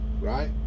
right